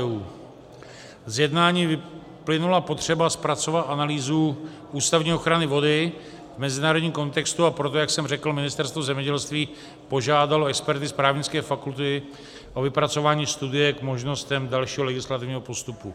Z jednání vyplynula potřeba zpracovat analýzu ústavní ochrany vody v mezinárodním kontextu, a proto, jak jsem řekl, Ministerstvo zemědělství požádalo experty z právnické fakulty o vypracování studie k možnostem dalšího legislativního postupu.